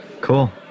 Cool